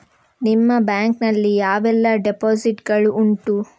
ನಿಮ್ಮ ಬ್ಯಾಂಕ್ ನಲ್ಲಿ ಯಾವೆಲ್ಲ ಡೆಪೋಸಿಟ್ ಗಳು ಉಂಟು?